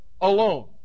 alone